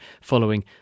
following